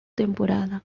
temporada